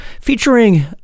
featuring